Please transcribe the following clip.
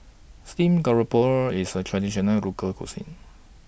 Steamed Garoupa IS A Traditional Local Cuisine